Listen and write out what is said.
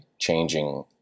changing